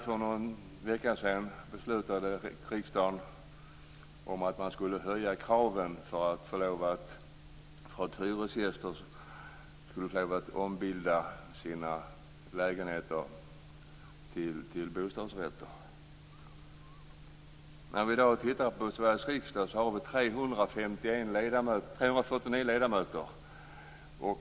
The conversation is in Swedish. För någon vecka sedan beslutade riksdagen om att höja kraven för att hyresgäster skall få ombilda sina lägenheter till bostadsrätter. I Sveriges riksdag har vi 349 ledamöter.